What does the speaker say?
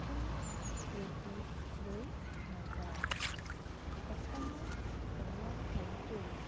কোনো ত্ৰুটি ৰৈ নাযায় অসমৰ থলুৱা খাদ্যও